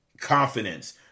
Confidence